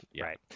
Right